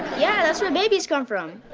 yeah, that's where babies come from!